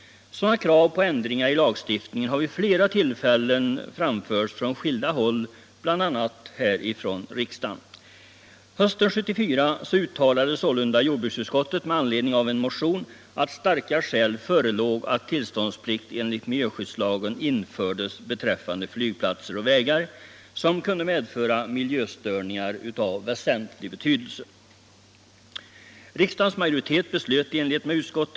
Krav på ändringar i lagstiftningen har vid flera tillfällen framförts från skilda håll, bl.a. i riksdagen. Hösten 1974 uttalade sålunda jordbruksutskottet med anledning av en motion att starka skäl förelåg för att tillståndsplikt enligt miljöskyddslagen införs beträffande flygplatser och vägar, som kunde medföra miljöstörningar av väsentlig betydelse. Riksdagens majoritet beslöt i enlighet med utskottet.